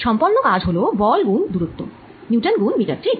সম্পন্ন কাজ হল বল গুন দুরত্ব নিউটন গুন মিটার ঠিক